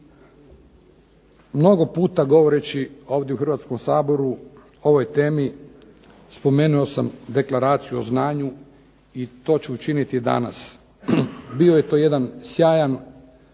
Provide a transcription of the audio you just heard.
Mnogo puta govoreći ovdje u Hrvatskom saboru o ovoj temi spomenuo sam Deklaraciju o znanju i to ću učiniti i danas. Bio je to jedan sjajan,